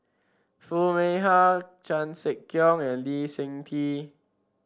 Foo Mee Har Chan Sek Keong and Lee Seng Tee